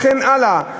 וכן הלאה,